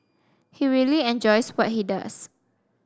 he really enjoys what he does